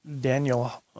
Daniel